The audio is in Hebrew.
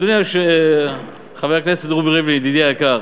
אדוני חבר הכנסת רובי ריבלין, ידידי היקר,